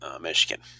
Michigan